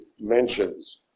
mentions